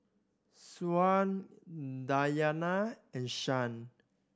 Syah Dayana and Shah